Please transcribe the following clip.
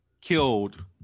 killed